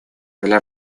для